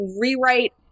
rewrite